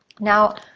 now,